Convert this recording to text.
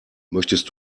möchtest